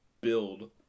build